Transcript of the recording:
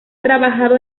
trabajado